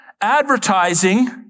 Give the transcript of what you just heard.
advertising